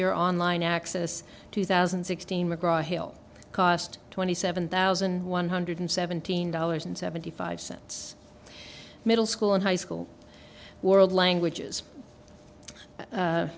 year online access two thousand and sixteen mcgraw hill cost twenty seven thousand one hundred seventeen dollars and seventy five cents middle school and high school world languages